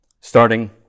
starting